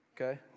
okay